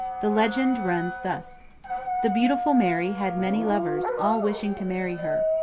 the legend runs thus the beautiful mary had many lovers all wishing to marry her.